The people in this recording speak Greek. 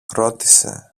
ρώτησε